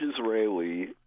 Israeli